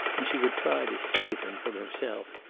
and she would try to save him from himself.